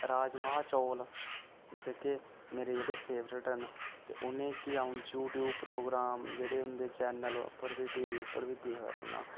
राजमां चौल जेह्के मेरे जेह्ड़े फेवरेट न ते उ'नेंगी अ'उं यूट्यूब प्रोग्राम जेह्ड़े उं'दे चैनल उप्पर टी वी उप्पर बी दिखदा रौह्ना